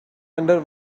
under